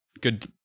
good